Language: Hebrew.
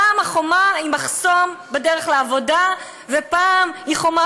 פעם החומה היא מחסום בדרך לעבודה ופעם היא חומה